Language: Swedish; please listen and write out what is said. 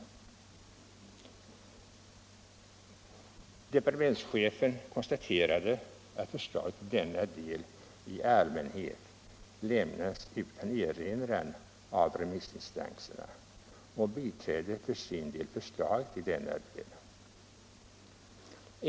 Departementschefen konstaterade att förslaget i denna del i allmänhet lämnats utan erinran av remissinstanserna och biträdde för sin del förslaget härvidlag.